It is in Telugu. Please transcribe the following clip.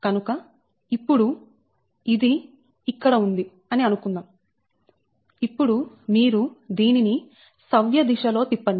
కనుక ఇప్పుడు ఇది ఇక్కడ ఉంది అని అనుకుందాం ఇప్పుడు మీరు దీనిని సవ్య దిశలో తిప్పండి